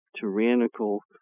tyrannical